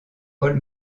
paul